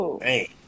Hey